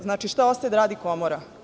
Znači, šta ostaje da radi Komora?